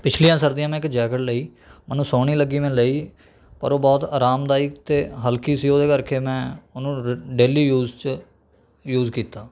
ਪਿਛਲੀਆਂ ਸਰਦੀਆਂ ਮੈਂ ਇੱਕ ਜੈਕਟ ਲਈ ਮੈਨੂੰ ਸੋਹਣੀ ਲੱਗੀ ਮੈਂ ਲਈ ਪਰ ਉਹ ਬਹੁਤ ਆਰਾਮਦਾਇਕ ਅਤੇ ਹਲਕੀ ਸੀ ਉਹ ਦੇ ਕਰਕੇ ਮੈਂ ਉਹ ਨੂੰ ਡੇਲੀ ਯੂਜ਼ 'ਚ ਯੂਜ਼ ਕੀਤਾ